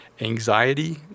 anxiety